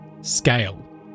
scale